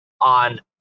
on